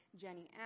jenny